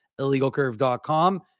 IllegalCurve.com